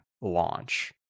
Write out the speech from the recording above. launch